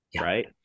right